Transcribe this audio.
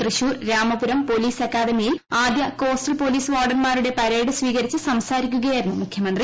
Thrissur Ramavarmapuram police അക്കാഡമിയിൽ ആദ്യ coastal police വാർഡന്മാരുടെ പരേഡ് സ്വീകരിച്ചു സംസാരിക്കുകയായിരുന്നു മുഖ്യ മന്ത്രി